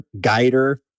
guider